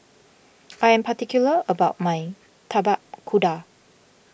I am particular about my Tapak Kuda